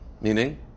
Meaning